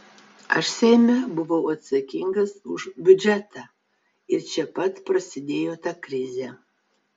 aš seime buvau atsakingas už biudžetą ir čia pat prasidėjo ta krizė